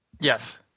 Yes